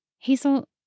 Hazel